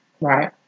right